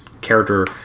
character